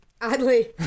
oddly